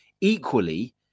Equally